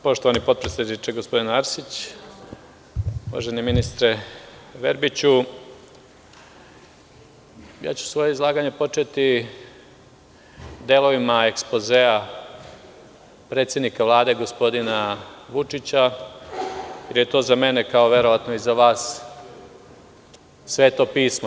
Poštovani potpredsedniče, gospodine Arsić, uvaženi ministre Verbiću, svoje izlaganje ću početi delovima ekspozea predsednika Vlade, gospodina Vučića, jer je to za mene, kao verovatno i za vas, Sveto pismo.